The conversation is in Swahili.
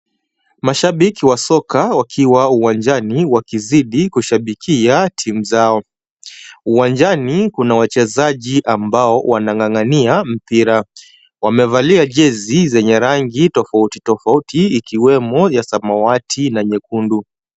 Mashabiki wa soka wakiwa uwanjani wakizidi kushabikia timu zao. Uwanjani kuna wachezaji ambao wanang'ang'ania mpira. Wamevalia jezi zenye rangi tofauti tofauti ikiwemo ya samawati na nyekundu.